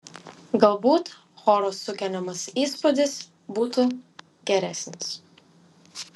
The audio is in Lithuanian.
galbūt choro sukeliamas įspūdis būtų geresnis